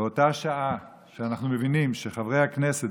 באותה שעה שאנחנו מבינים שחברי הכנסת